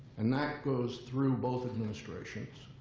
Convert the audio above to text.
and that goes through both administrations,